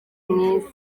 mwiza